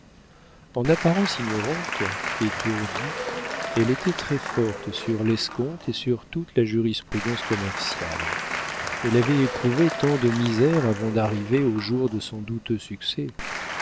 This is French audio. en apparence ignorante étourdie elle était très forte sur l'escompte et sur toute la jurisprudence commerciale elle avait éprouvé tant de misères avant d'arriver au jour de son douteux succès